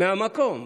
מהמקום.